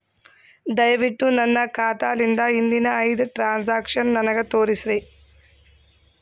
ದಯವಿಟ್ಟು ನನ್ನ ಖಾತಾಲಿಂದ ಹಿಂದಿನ ಐದ ಟ್ರಾಂಜಾಕ್ಷನ್ ನನಗ ತೋರಸ್ರಿ